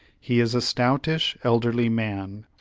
he is a stoutish, elderly man,